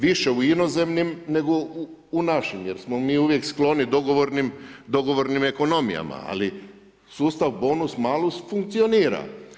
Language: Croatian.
Više u inozemnim nego u našim jer smo mi uvijek skloni dogovornim ekonomijama, ali sustav bonus malus funkcionira.